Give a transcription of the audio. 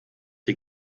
die